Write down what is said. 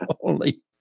holy